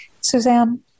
Suzanne